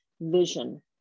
vision